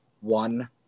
one